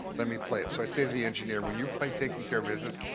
let me play it. so i say to the engineer, will you play takin' care of business?